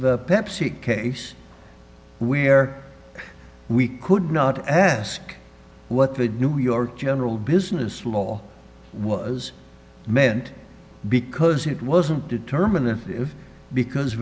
the pepsi case where we could not ask what the new york general business law was meant because it wasn't determined that because